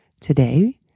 today